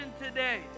today